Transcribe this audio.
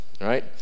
right